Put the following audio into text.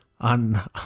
on